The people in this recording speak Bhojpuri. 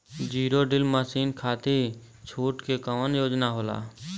जीरो डील मासिन खाती छूट के कवन योजना होला?